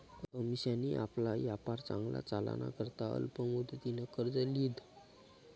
अमिशानी आपला यापार चांगला चालाना करता अल्प मुदतनं कर्ज ल्हिदं